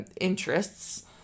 interests